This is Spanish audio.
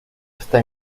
está